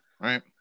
right